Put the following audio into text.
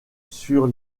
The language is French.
sur